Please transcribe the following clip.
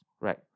right